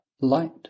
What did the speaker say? light